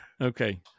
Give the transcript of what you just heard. okay